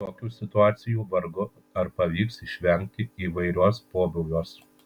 tokių situacijų vargu ar pavyks išvengti įvairiuos pobūviuos